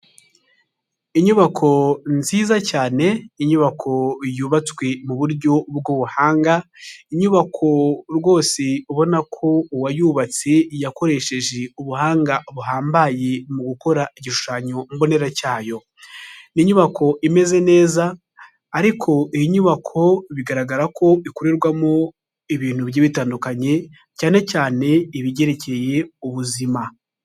Inyubako nziza cyane, inyubako yubatswe mu buryo bw'ubuhanga, inyubako rwose ubona ko uwayubatse yakoresheje ubuhanga buhambaye mu gukora igishushanyo mbonera cyayo. Ni inyubako imeze neza ariko iyi nyubako bigaragara ko ikorerwamo ibintu bigiye bitandukanye, cyane cyane ibyerekeye ubuzima.